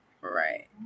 right